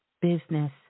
business